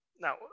now